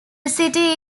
city